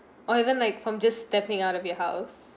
or even like from just stepping out of your house